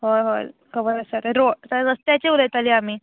हय हय खबर आसा रे सो तें रस्त्याचें उलयतालीं आमी